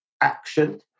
action